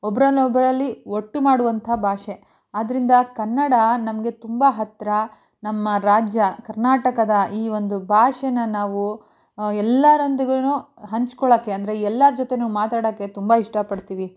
ಒಬ್ಬರನ್ನ ಒಬ್ಬರಲ್ಲಿ ಒಟ್ಟು ಮಾಡುವಂಥ ಭಾಷೆ ಆದ್ದರಿಂದ ಕನ್ನಡ ನಮಗೆ ತುಂಬ ಹತ್ತಿರ ನಮ್ಮ ರಾಜ್ಯ ಕರ್ನಾಟಕದ ಈ ಒಂದು ಭಾಷೆನ ನಾವು ಎಲ್ಲರೊಂದಿಗೂ ಹಂಚ್ಕೊಳ್ಳೋಕ್ಕೆ ಅಂದರೆ ಎಲ್ಲರ ಜೊತೆಯೂ ಮಾತಾಡೋಕೆ ತುಂಬ ಇಷ್ಟ ಪಡ್ತೀವಿ